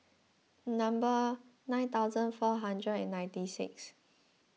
number nine thousand four hundred and ninety sixth